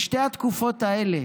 שתי התקופות האלה,